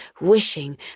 wishing